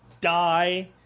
die